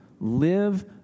Live